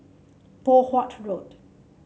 Poh Huat Road